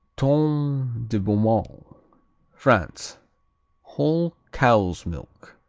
tome de beaumont france whole cow's milk.